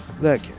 look